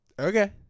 okay